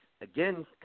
again